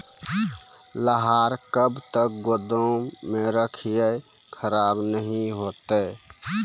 लहार कब तक गुदाम मे रखिए खराब नहीं होता?